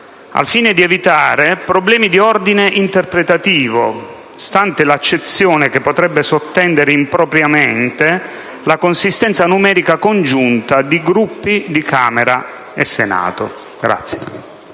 al fine di evitare problemi di ordine interpretativo, stante l'accezione che potrebbe sottendere impropriamente il riferirsi a una consistenza numerica complessiva dei Gruppi di Camera e Senato.